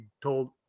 told